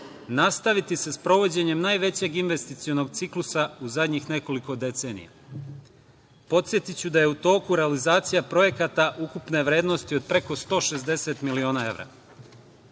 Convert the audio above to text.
nastaviti sa sprovođenjem najvećeg investicionog ciklusa u zadnjih nekoliko decenija. Podsetiću da je u toku realizacija projekata ukupne vrednosti od preko 160 miliona evra. Zarad